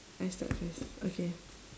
I start first okay